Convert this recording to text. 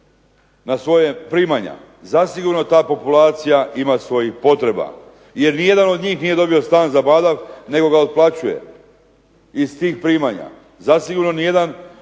na svoja primanja. Zasigurno ta populacija ima svojih potreba. Jer nijedan nije od njih dobio stan zabadav nego ga otplaćuje iz tih primanja. Zasigurno jedan